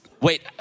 Wait